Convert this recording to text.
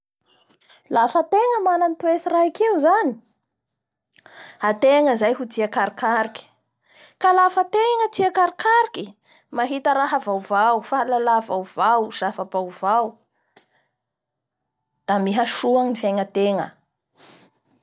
Lafa ategna mana an'ny toetry raiky io zany ategna zay ho tia karokaroky. Ka lafa antegna tia karokaroky mahita raha vaovao fahalala vaovao da mihasoa ny fiegnategna.